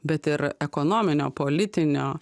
bet ir ekonominio politinio